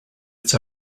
its